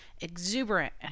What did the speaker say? exuberant